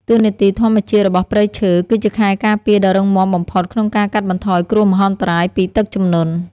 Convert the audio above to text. តួនាទីធម្មជាតិរបស់ព្រៃឈើ គឺជាខែលការពារដ៏រឹងមាំបំផុតក្នុងការកាត់បន្ថយគ្រោះមហន្តរាយពីទឹកជំនន់។